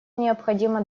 необходимо